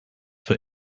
for